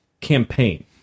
campaign